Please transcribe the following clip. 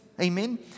Amen